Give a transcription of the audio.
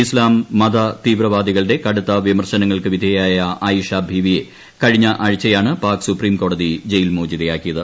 ഇസ്ലാം മത്തീവ്രവാദികളുടെ കടുത്ത വിമർശനങ്ങൾക്ക് വിധേയയായി ആയിഷ ബീവിയെ കഴിഞ്ഞ ആഴ്ചയാണ് പാക് സുപ്പീംകോടതി ജയിൽ മോചിതയാക്കിയത്